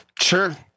Sure